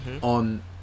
on